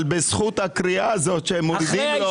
אבל בזכות הקריאה הזאת שהם מורידים לו